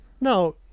Now